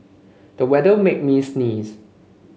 the weather made me sneeze